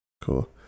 cool